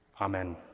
Amen